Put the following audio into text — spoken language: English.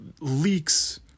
leaks